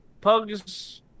pugs